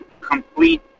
complete